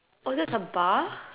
that's a bar